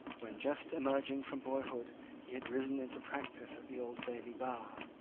when just emerging from boyhood he had risen into practice at the old bailey bar,